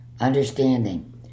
understanding